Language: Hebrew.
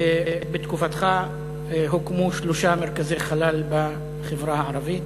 בתקופתך הוקמו שלושה מרכזי חלל בחברה הערבית: